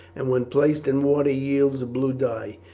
and when placed in water yields a blue dye.